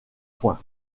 point